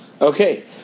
Okay